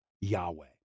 Yahweh